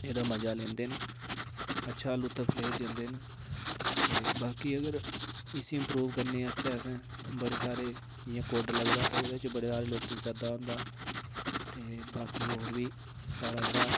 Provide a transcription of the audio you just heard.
एह्दा मज़ा लैंदे न अच्छा लुत्फ लेई जंदे न ते बाकी अगर इसी इंप्रूव करने आस्तै असें बड़े सारे जियां कुड्ड लगदा ते ओह्दे च बड़े सारे लोकें गी साद्दा आंदा ते बाकी होर बी साढ़ा जेह्ड़ा